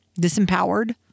Disempowered